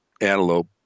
antelope